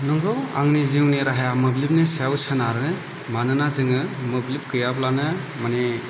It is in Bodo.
नोंगौ आंनि जिउनि राहाया मोब्लिबनि सायाव सोनारो मानोना जोङो मोब्लिब गैयाब्लानो माने